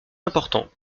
important